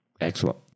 Excellent